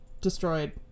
Destroyed